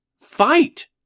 Fight